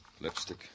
Lipstick